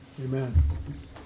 amen